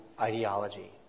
ideology